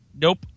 nope